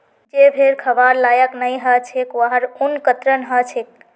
जे भेड़ खबार लायक नई ह छेक वहार ऊन कतरन ह छेक